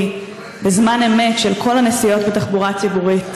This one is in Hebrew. בזמן אמת של כל הנסיעות בתחבורה הציבורית בישראל,